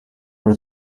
were